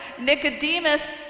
Nicodemus